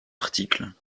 article